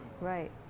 right